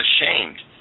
ashamed